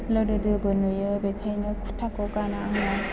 लोदोदोबो नुयो बेखायनो कुर्ताखौ गाना आङो